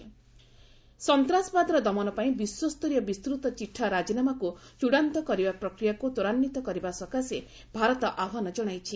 vice president ସନ୍ତାସବାଦର ଦମନ ପାଇଁ ବିଶ୍ୱସରୀୟ ବିସ୍ତୃତ ଚିଠା ରାଜିନାମାକୁ ଚୃଡ଼ାନ୍ତ କରିବା ପ୍ରକ୍ରିୟାକୁ ତ୍ୱରାନ୍ୱିତ କରିବା ସକାଶେ ଭାରତ ଆହ୍ୱାନ ଜଣାଇଛି